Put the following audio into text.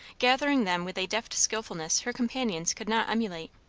gathering them with a deft skilfulness her companions could not emulate.